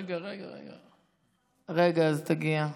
אז תגיע.